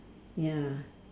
ya